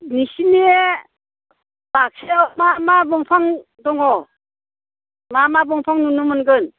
नोंसिनि बाक्सायाव मा मा दंफां दङ मा मा दंफां नुनो मोनगोन